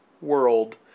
world